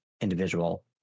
individual